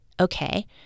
okay